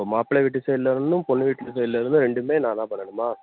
ஓ மாப்பிள்ளை வீட்டு சைட்லருந்தும் பொண்ணு வீட்டு சைட்லருந்தும் ரெண்டுமே நான்தான் பண்ணணுமா